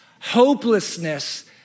hopelessness